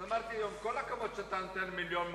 אז אמרתי לו: עם כל הכבוד שאתה נותן 1.2 מיליון,